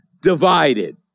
divided